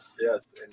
yes